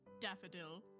Daffodil